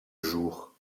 jours